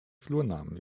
flurnamen